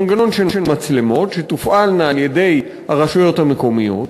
מנגנון של מצלמות שתופעלנה על-ידי הרשויות המקומיות,